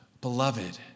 beloved